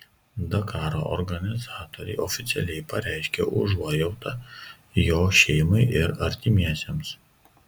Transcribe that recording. dakaro organizatoriai oficialiai pareiškė užuojautą jo šeimai ir artimiesiems